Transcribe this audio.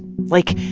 like,